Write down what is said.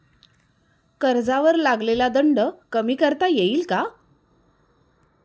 कर्जावर लागलेला दंड कमी करता येईल का?